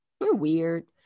weird